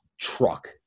truck